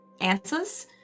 answers